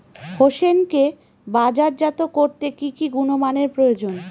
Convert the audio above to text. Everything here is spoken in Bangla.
হোসেনকে বাজারজাত করতে কি কি গুণমানের প্রয়োজন?